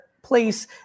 Place